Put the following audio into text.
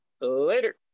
later